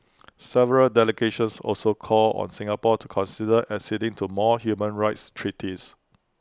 several delegations also called on Singapore to consider acceding to more human rights treaties